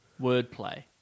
Wordplay